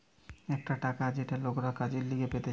একটা টাকা যেটা লোকরা কাজের লিগে পেতেছে